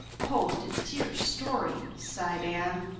oh, what a dear story, sighed anne,